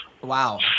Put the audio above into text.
Wow